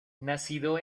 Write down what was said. nacido